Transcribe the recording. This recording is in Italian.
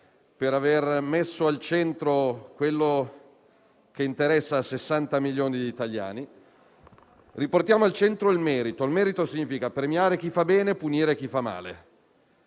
per aver messo al centro ciò che interessa a 60 milioni di italiani. Riportiamo al centro il merito, che significa premiare chi fa bene e punire chi fa male.